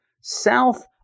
south